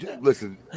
listen